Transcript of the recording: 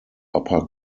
upper